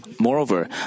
Moreover